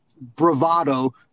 bravado